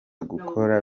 gukora